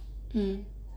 mm